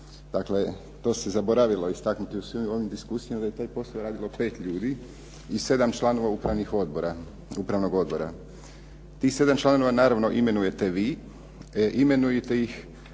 Dakle to se zaboravilo istaknuti u svim ovim diskusijama da je taj posao radilo pet ljudi i sedam članova upravnog odbora. Tih sedam članova naravno imenujete vi, imenujete ih